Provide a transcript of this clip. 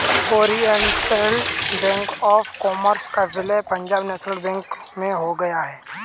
Oriental Bank of Commerce का विलय Punjab National Bank में हो गया है